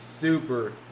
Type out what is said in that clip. super